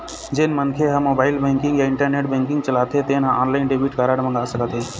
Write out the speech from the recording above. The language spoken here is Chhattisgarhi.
जेन मनखे ह मोबाईल बेंकिंग या इंटरनेट बेंकिंग चलाथे तेन ह ऑनलाईन डेबिट कारड मंगा सकत हे